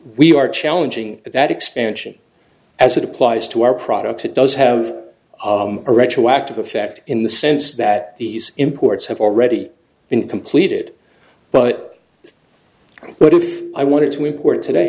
we are challenging that expansion as it applies to our products it does have a retroactive effect in the sense that these imports have already been completed but i but if i wanted to report today